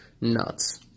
Nuts